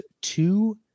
two